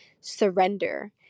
surrender